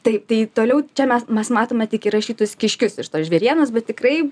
taip tai toliau čia mes mes matome tik įrašytus kiškius iš tos žvėrienos bet tikrai